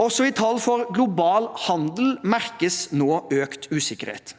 Også i tall for global handel merkes nå økt usikkerhet.